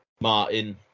Martin